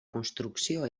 construcció